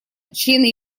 члены